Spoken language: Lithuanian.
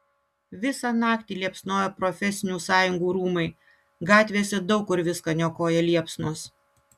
visą naktį liepsnojo profesinių sąjungų rūmai gatvėse daug kur viską niokoja liepsnos